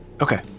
Okay